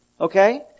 Okay